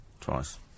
Twice